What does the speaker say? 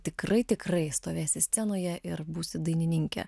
tikrai tikrai stovėsi scenoje ir būsi dainininkė